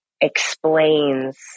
explains